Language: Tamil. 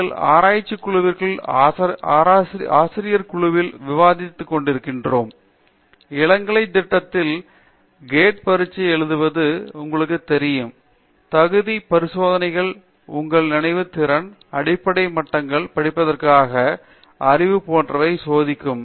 எங்கள் ஆராய்ச்சிக் குழுவிற்குள் ஆசிரியக் குழுவில் விவாதித்து கொண்டிருக்கிறோம் இளங்கலைத் திட்டத்தின் முடிவில் மாணவர்கள் கேட் பரீட்சை எழுதுவது உங்களுக்கு தெரியும் தகுதிப் பரிசோதனைகள் உங்கள் நினைவு திறன் அடிப்படை மட்டங்களில் படிப்பதற்கான அறிவு போன்றவற்றை சோதிக்கும்